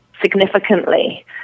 significantly